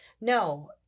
No